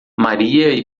maria